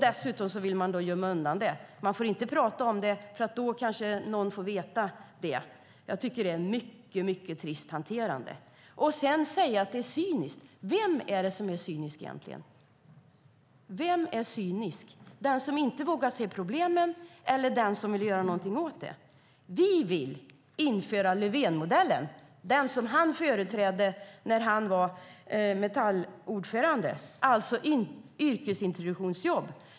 Dessutom vill man gömma undan den. Man får inte tala om den. Då kanske någon får veta detta. Det är ett mycket trist hanterande. Sedan säger man att det är cyniskt. Vem är det egentligen som är cynisk? Är det den som inte vågar se problemen eller den som vill göra någonting åt dem? Vi vill införa Löfvenmodellen, den som Stefan Löfven företrädde när han var ordförande i Metall, alltså yrkesintroduktionsjobb.